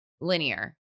linear